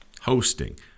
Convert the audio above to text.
hosting